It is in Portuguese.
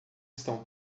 estão